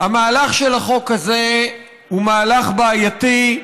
המהלך של החוק הזה הוא מהלך בעייתי.